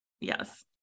Yes